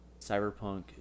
cyberpunk